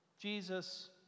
Jesus